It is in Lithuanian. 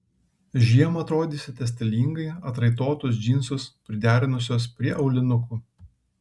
žiemą atrodysite stilingai atraitotus džinsus priderinusios prie aulinukų